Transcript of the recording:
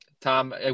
Tom